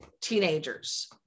teenagers